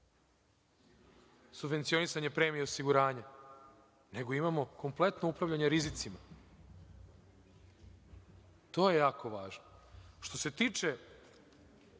subvencionisanje premija osiguranja, nego imamo kompletno upravljanje rizicima. To je jako važno. Što se tiče